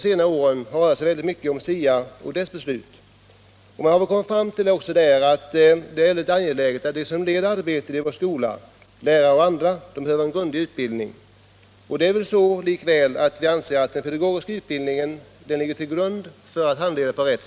Man har i detta sammanhang kommit fram till att det är mycket angeläget att de som leder arbetet i vår skola — lärare och andra — behöver en grundlig utbildning. Vi anser väl ändå att den pedagogiska utbildningen är grundläggande för en riktig handledning av eleverna.